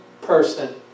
person